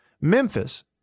Memphis